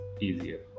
easier